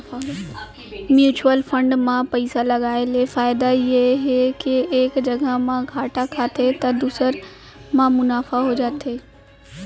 mutual fund म पइसा लगाय ले फायदा ये हे के एक जघा म घाटा खाथे त दूसर म मुनाफा हो जाथे